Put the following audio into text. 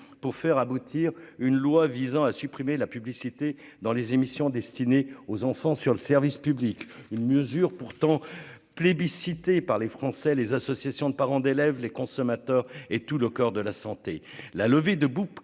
pour faire aboutir une loi visant à supprimer la publicité dans les émissions destinées aux enfants sur le service public, une mesure pourtant plébiscitée par les Français, les associations de parents d'élèves, les consommateurs et tout le corps de la santé, la levée de boucliers